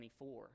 24